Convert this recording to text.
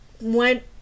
went